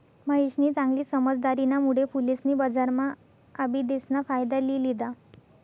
महेशनी चांगली समझदारीना मुळे फुलेसनी बजारम्हा आबिदेस ना फायदा लि लिदा